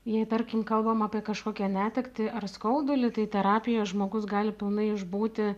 jei tarkim kalbam apie kažkokią netektį ar skaudulį tai terapijoj žmogus gali pilnai išbūti